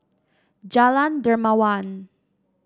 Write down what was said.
Jalan Dermawan